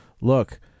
look